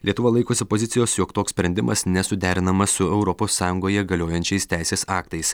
lietuva laikosi pozicijos jog toks sprendimas nesuderinamas su europos sąjungoje galiojančiais teisės aktais